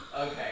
Okay